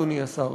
אדוני השר,